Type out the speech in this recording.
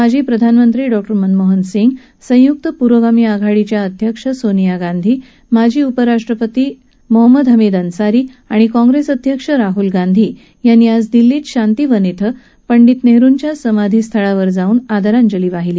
माजी प्रधानमंत्री डॉक्टर मनमोहन सिंग संयुक्त पुरोगामी आघाडीच्या अध्यक्ष सोनिया गांधी माजी उपराष्ट्रपती मोहम्मद हमीद अन्सारी आणि काँग्रेस अध्यक्ष राहुल गांधी यांनी आज दिल्लीत शांतिवन वें पंडित नेहरुंच्या समाधी स्थळावर जाऊन आदरांजली वाहिली